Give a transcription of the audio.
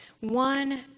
One